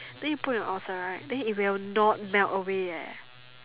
then you put on your ulcer right it will not melt away eh